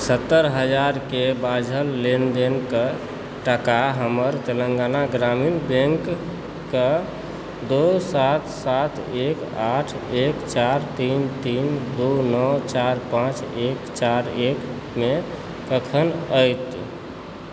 सत्तरि हजार बाझल लेन देनक टाका हमर तेलङ्गाना ग्रामीण बैङ्क क दू सात सात एक आठ एक चारि तीन तीन दू नओ चारि पाँच एक चारि एकमे कखन आओत